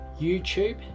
YouTube